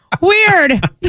Weird